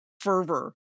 fervor